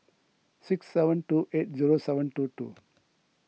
six seven two eight zero seven two two